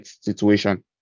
situation